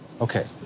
okay